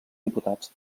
diputats